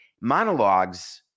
Monologues